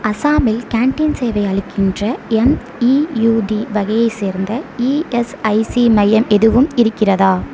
அசாமில் கேண்டீன் சேவை அளிக்கின்ற எம்இயுடி வகையைச் சேர்ந்த இஎஸ்ஐசி மையம் எதுவும் இருக்கிறதா